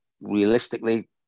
Realistically